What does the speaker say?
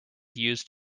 used